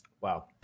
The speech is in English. Wow